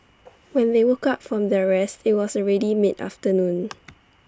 when they woke up from their rest IT was already mid afternoon